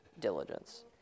diligence